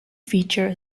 feature